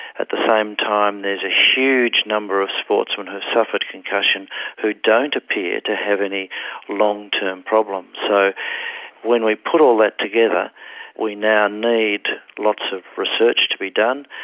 at the same time there is a huge number of sportsmen who have suffered concussion who don't appear to have any long-term problems. so when we put all that together we now need lots of research to be done.